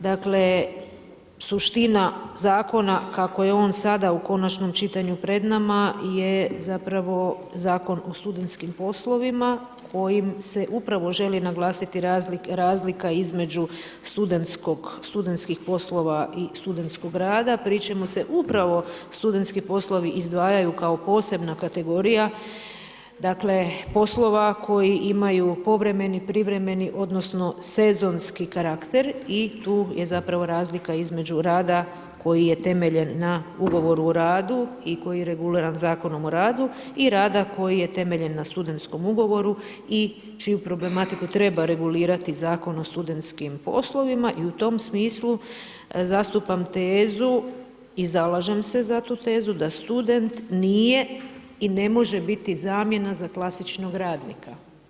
Dakle, suština zakona kako je on sada u konačnom čitanju pred nama je zapravo Zakon o studentskim poslovima kojim se upravo želi naglasiti razlika između studentskih poslova i studentskog rada pri čemu se upravo studentski poslovi izdvajaju kao posebna kategorija poslova koji imaju povremeno, privremeni odnosno sezonski karakter i tu je zapravo razlika između rada koji je temeljen na ugovoru o radu i koji je reguliran Zakonom o radu i rada koji je temeljen na studentskom ugovoru i čiju problematiku treba regulirati Zakon o studentskim poslovima i u tom smislu zastupam tezu i zalažem se za tu tezu da student nije i ne može biti zamjena za klasičnog radnika.